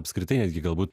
apskritai netgi galbūt